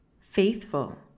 faithful